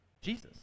Jesus